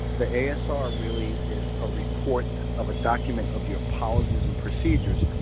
the asr really is a report of a document of your policies and procedures.